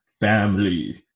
family